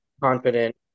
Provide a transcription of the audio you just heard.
confident